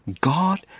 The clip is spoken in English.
God